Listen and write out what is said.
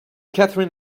katherine